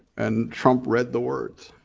and trump read the words.